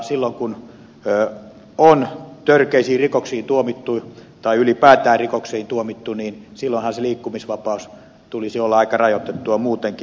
silloinhan kun on törkeisiin rikoksiin tuomittu tai ylipäätään rikoksiin tuomittu sen liikkumisvapauden tulisi olla aika rajoitettua muutenkin